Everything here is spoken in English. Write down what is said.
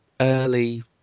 early